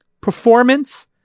Performance